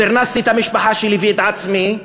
פרנסתי את המשפחה שלי ואת עצמי.